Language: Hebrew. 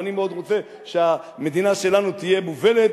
ואני מאוד רוצה שהמדינה שלנו תהיה מובלת